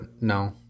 no